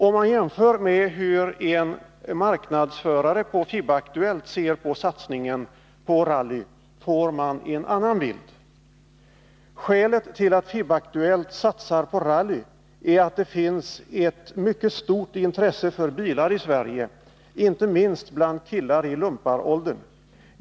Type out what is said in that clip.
Om man jämför med hur en marknadsförare på FIB-Aktuellt ser på satsningen på rally, får man en annan bild: ”Skälet till att FIB/aktuellt satsar på rally är att det finns ett mycket stort intresse för bilar i Sverige, inte minst bland killar i lumparåldern.